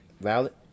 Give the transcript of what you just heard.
valid